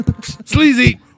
Sleazy